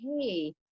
hey